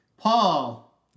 paul